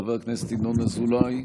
חבר הכנסת ינון אזולאי,